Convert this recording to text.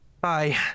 Bye